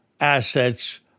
assets